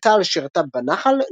בצה"ל שירתה בנח"ל,